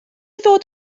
ddod